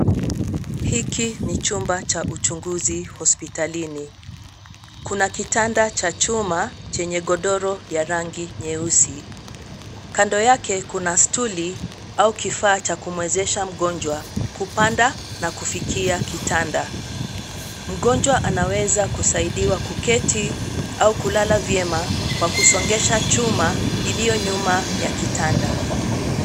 Hiki ni chumba cha uchunguzi hospitalini. Kuna kitanda cha chuma chenye godoro ya rangi nyeusi. Kando yake, kuna stuli au kifaa cha kumwezesha mgonjwa kupanda na kufikia kitanda. Mgonjwa anaweza kusaidiwa kuketi au kulala vyema kwa kusongesha chuma iliyo nyuma ya kitanda.